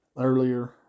earlier